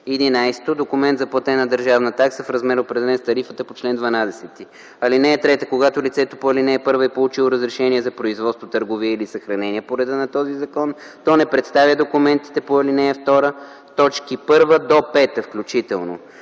11. документ за платена държавна такса в размер, определен с тарифата по чл. 12. (3) Когато лицето по ал. 1 е получило разрешение за производство, търговия или съхранение по реда на този закон, то не представя документите по ал. 2, т. 1-5. (4) Когато